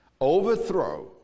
overthrow